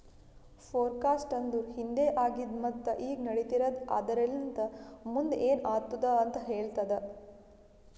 forecast ಅಂದುರ್ ಹಿಂದೆ ಆಗಿದ್ ಮತ್ತ ಈಗ ನಡಿತಿರದ್ ಆದರಲಿಂತ್ ಮುಂದ್ ಏನ್ ಆತ್ತುದ ಅಂತ್ ಹೇಳ್ತದ